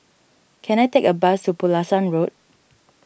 can I take a bus to Pulasan Road